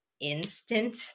instant